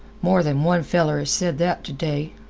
more than one feller has said that t'-day,